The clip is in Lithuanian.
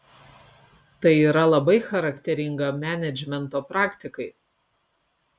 tai yra labai charakteringa menedžmento praktikai